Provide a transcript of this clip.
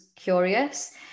curious